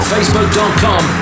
Facebook.com